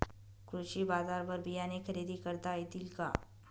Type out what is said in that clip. कृषी बाजारवर बियाणे खरेदी करता येतील का?